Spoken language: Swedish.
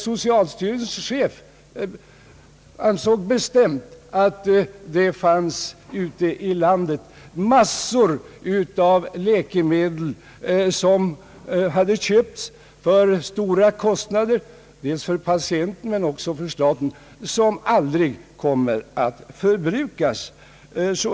Socialstyrelsens chef ansåg bestämt att det ute i landet fanns mängder av läkemedel, som hade köpts för stora kostnader, dels för patienterna dels för staten, som aldrig kommer att förbrukas.